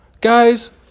Guys